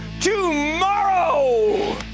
tomorrow